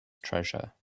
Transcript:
treasure